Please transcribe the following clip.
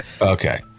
Okay